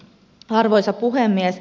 arvoisa puhemies